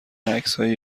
عکسهای